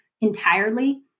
entirely